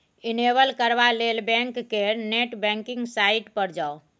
enable करबा लेल bank केर नेट बैंकिंग साइट पर जाउ